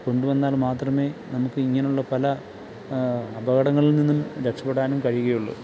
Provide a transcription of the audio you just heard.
കൊണ്ടുവന്നാൽ മാത്രമേ നമുക്ക് ഇങ്ങനെയുള്ള പല അപകടങ്ങളിൽ നിന്നും രക്ഷപ്പെടാനും കഴിയുകയുള്ളൂ